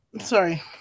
sorry